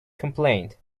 complained